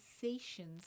sensations